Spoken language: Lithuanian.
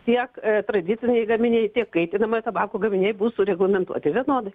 tiek tradiciniai gaminiai tiek kaitinamojo tabako gaminiai bus sureglamentuoti vienodai